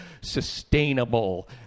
sustainable